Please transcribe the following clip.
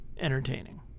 entertaining